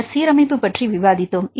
பின்னர் சீரமைப்பு பற்றி விவாதித்தோம்